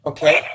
Okay